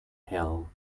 hell